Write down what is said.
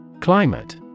Climate